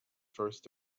first